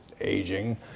aging